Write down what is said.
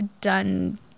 done